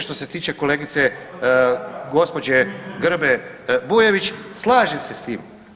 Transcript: Što se tiče kolegice gospođe Grbe Bujević slažem se s tim.